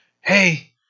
hey